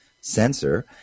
sensor